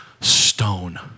stone